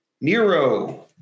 Nero